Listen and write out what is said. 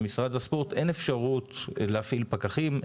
למשרד הספורט אין אפשרות להפעיל פקחים,